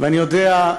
ואני יודע,